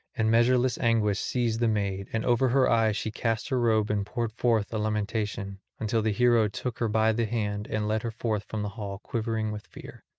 and measureless anguish seized the maid and over her eyes she cast her robe and poured forth a lamentation, until the hero took her by the hand and led her forth from the hall quivering with fear.